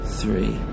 three